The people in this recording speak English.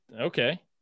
okay